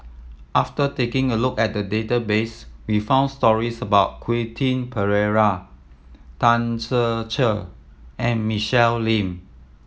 after taking a look at the database we found stories about Quentin Pereira Tan Ser Cher and Michelle Lim